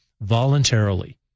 voluntarily